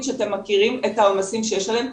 שאתם מכירים את העומסים שיש עליהם,